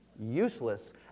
Useless